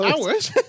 Hours